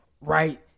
right